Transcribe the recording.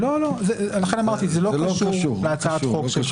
זה לא קשור להצעה.